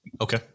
Okay